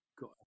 got